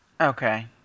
Okay